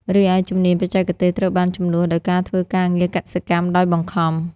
រីឯ ជំនាញបច្ចេកទេសត្រូវបានជំនួសដោយការធ្វើការងារកសិកម្មដោយបង្ខំ។